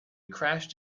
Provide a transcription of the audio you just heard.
crashed